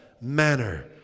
manner